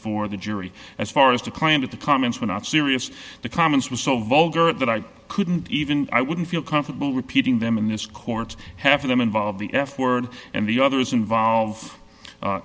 for the jury as far as the client of the comments were not serious the comments was so vulgar that i couldn't even i wouldn't feel comfortable repeating them in this court half of them involve the f word and the others involved